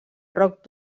rock